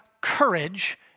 courage